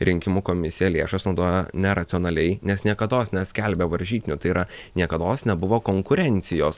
rinkimų komisija lėšas naudojo neracionaliai nes niekados neskelbė varžytinių tai yra niekados nebuvo konkurencijos